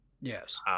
Yes